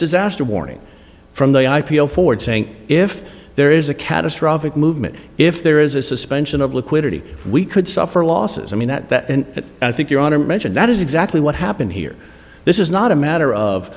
disaster warning from the i p o forward saying if there is a catastrophic movement if there is a suspension of liquidity we could suffer losses i mean that and i think your honor mentioned that is exactly what happened here this is not a matter of